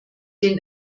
den